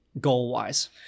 goal-wise